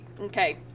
okay